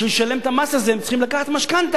בשביל לשלם את המס הזה הם צריכים לקחת משכנתה.